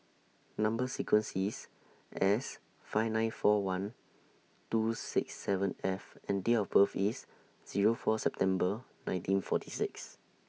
Number sequence IS S five nine four one two six seven F and Date of birth IS Zero four September nineteen forty six